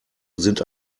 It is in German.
sind